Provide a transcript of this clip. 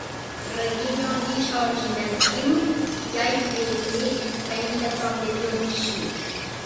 pradinio ryšio užmezgimui jai prireiks penketo minučių